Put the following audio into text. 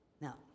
Now